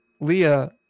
Leah